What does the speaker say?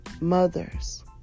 mothers